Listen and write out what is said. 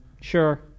Sure